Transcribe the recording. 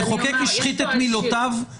המחוקק השחית את מילותיו?